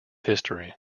history